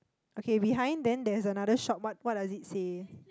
okay behind then there's another shop what what does it say